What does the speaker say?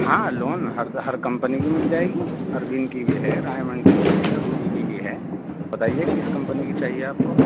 ہاں لون ہر ہر کمپنی کی مل جائے گی کی بھی کی بھی ہے روبی کی بھی ہے بتائیے کس کمپنی کی چاہیے آپ کو